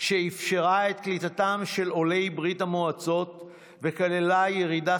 שאפשרה את קליטתם של עולי ברית המועצות וכללה ירידה